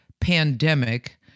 pandemic